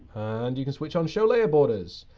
and you can switch on show layer borders.